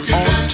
on